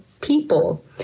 people